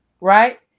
right